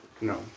No